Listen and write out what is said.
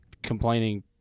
Complaining